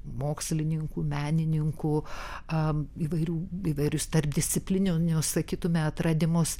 mokslininkų menininkų a įvairių įvairius tarpdisciplininius sakytume atradimus